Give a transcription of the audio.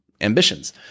ambitions